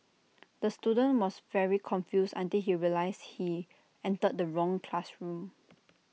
the student was very confused until he realised he entered the wrong classroom